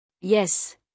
Yes